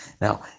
Now